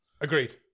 agreed